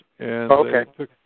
Okay